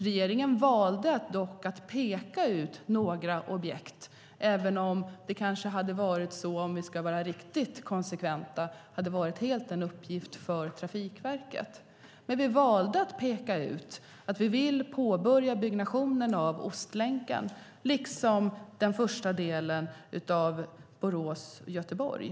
Regeringen valde dock att peka ut några objekt. Om vi ska vara riktigt konsekventa hade det kanske varit en uppgift enbart för Trafikverket. Vi valde dock att peka ut att vi vill påbörja byggnationen av Ostlänken liksom den första delen av sträckan Borås-Göteborg.